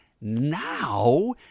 Now